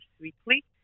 weekly